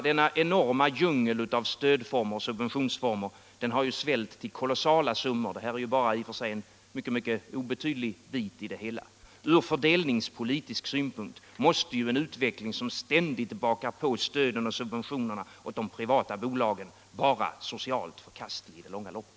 Denna enorma djungel av stödformer och subventionsformer har svällt ut till kolossala summor, även om det vi nu talar om är en mycket obetydlig bit i det hela. Från fördelningspolitisk synpunkt måste en utveckling som ständigt bakar på stöden och subventionerna åt de privata bolagen vara socialt förkastlig i det långa loppet.